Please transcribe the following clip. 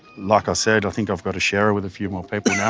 like i said, i think i've got to share her with a few more people now.